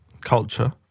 culture